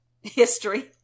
history